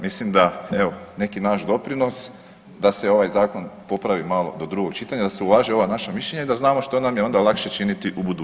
Mislim da, evo, neki naš doprinos da se ovaj Zakon popravi malo do drugog čitanja, da se uvaže ova naša mišljenja i da znamo što nam je onda lakše činiti u budućnosti.